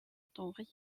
temps